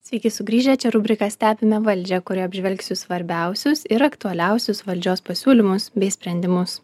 sveiki sugrįžę čia rubrika stebime valdžią kurio apžvelgsiu svarbiausius ir aktualiausius valdžios pasiūlymus bei sprendimus